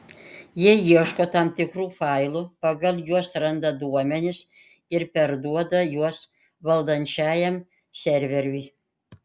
jie ieško tam tikrų failų pagal juos randa duomenis ir perduoda juos valdančiajam serveriui